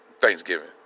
Thanksgiving